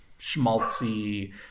schmaltzy